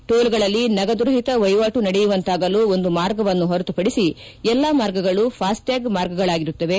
toll ಗಳಲ್ಲಿ ನಗದು ರಹಿತ ವಹಿವಾಟು ನಡೆಯುವಂತಾಗಲು ಒಂದು ಮಾರ್ಗವನ್ನು ಹೊರತು ಪಡಿಸಿ ಎಲ್ಲ ಮಾರ್ಗಗಳು ಫಾಸ್ಟ್ ಟ್ವಾಗ್ ಮಾರ್ಗಗಳಾಗಿರುತ್ತವೆ